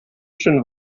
schön